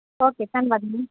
okay ਧੰਨਵਾਦ ਜੀ